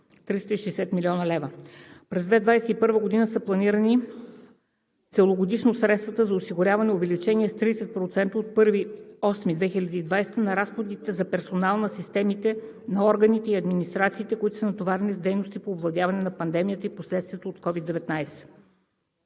360,0 млн. лв. За 2021 г. са планирани целогодишно средства за осигуряване на увеличението с 30% от 1 август 2020 г. на разходите за персонал на системите на органи и администрации, които са натоварени с дейности по овладяване на пандемията и последствията от COVID-19.